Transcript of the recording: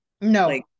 No